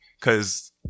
cause